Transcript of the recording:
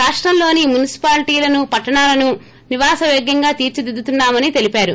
రాష్టంలోని మునిసిపాలిటీలు పట్లణాలను నివాస యోగ్యంగా తీర్పిదిద్దుతున్నామని తెలిపారు